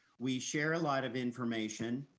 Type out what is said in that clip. we share a lot of information,